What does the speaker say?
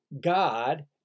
God